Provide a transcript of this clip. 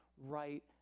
right